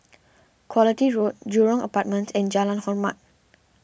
Quality Road Jurong Apartments and Jalan Hormat